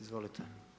Izvolite.